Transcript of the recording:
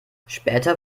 später